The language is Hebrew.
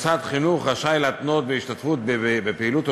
מוסד חינוך רשאי להתנות השתתפות בפעילות או